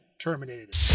terminated